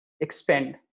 expand